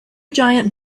giant